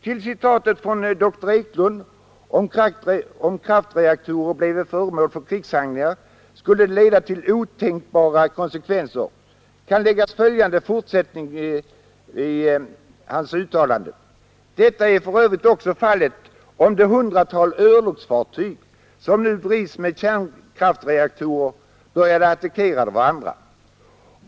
Till citatet från dr Eklund — ”Om kraftreaktorer bleve föremål för krigshandlingar skulle det leda till otänkbara konsekvenser ———”— kan läggas följande fortsättning: ”Detta är för övrigt också fallet om de hundratal örlogsfartyg, som nu drivs med kärnkraftreaktorer, började attackera varandra”.